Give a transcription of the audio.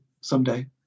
someday